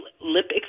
lip